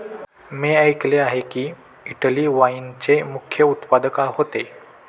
मी ऐकले आहे की, इटली वाईनचे मुख्य उत्पादक होते